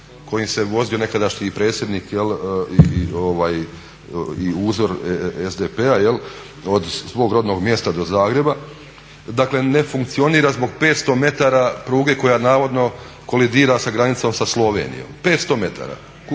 kojim se vozio i nekadašnji predsjednik i uzor SDP-a od svog rodnog mjesta do Zagreba, dakle ne funkcionira zbog 500 metara pruge koja navodno kolidira sa granicom sa Slovenijom. 500 metara.